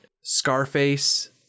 Scarface